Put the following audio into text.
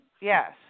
Yes